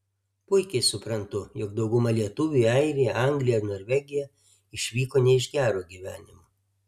puikiai suprantu jog dauguma lietuvių į airiją angliją ar norvegiją išvyko ne iš gero gyvenimo